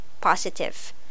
positive